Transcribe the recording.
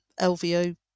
LVO